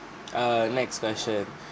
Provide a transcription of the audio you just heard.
err next question